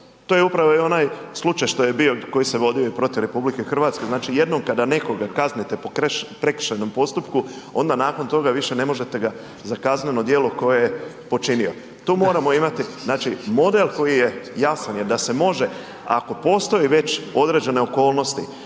To je upravo onaj slučaj što je bio, koji se vodio protiv RH, znači jednom kada nekoga kaznite po prekršajnom postupku, onda nakon toga više ne možete ga za kazneno djelo koje je počinio. Tu moramo imati znači model koji je jasan jer da se može, ako postoji već određene okolnosti,